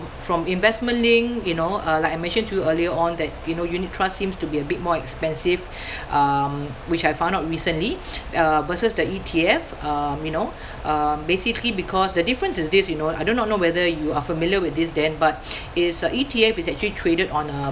from investment linked you know uh like I mentioned to you earlier on that you know unit trust seems to be a bit more expensive um which I found out recently uh versus the E_T_F um you know um basically because the difference is this you know I do not know whether you are familiar with this dan but it's uh E_T_F is actually traded on a